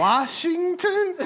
Washington